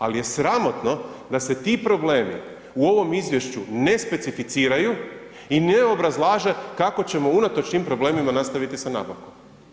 Ali je sramotno da se ti problemi u ovom izvješću ne specificiraju i ne obrazlaže kako ćemo unatoč tim problemima nastaviti sa nabavkom.